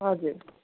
हजुर